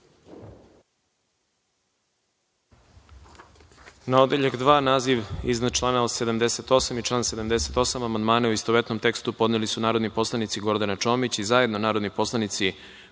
(Ne.)Na naziv iznad člana 86. i član 86. amandmane, u istovetnom tekstu, podneli su narodni poslanik Gordana Čomić i zajedno narodni poslanici